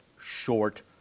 short